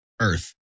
earth